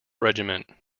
regiment